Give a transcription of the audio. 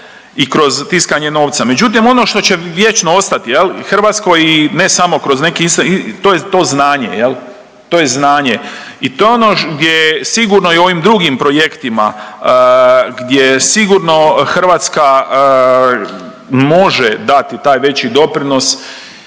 i kroz tiskanje novca. Međutim, ono što će vječno ostati Hrvatskoj ne samo kroz to je to znanje, to je znanje i to je ono gdje sigurno i u ovim drugim projektima gdje sigurno Hrvatska može dati taj veći doprinos